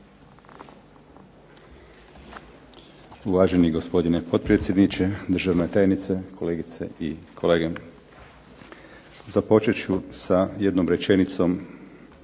Uvaženi gospodine potpredsjedniče, državna tajnice, kolegice i kolege. Započet ću sa jednom rečenicom